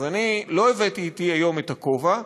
אז אני לא הבאתי אתי היום את הכובע,